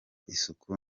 isuku